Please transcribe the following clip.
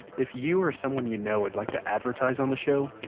if you or someone you know would like to advertise on the show,